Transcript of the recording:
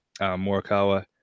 Morikawa